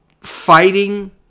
fighting